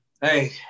hey